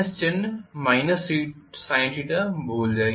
चिन्ह sinθ भूल जाइए